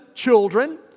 children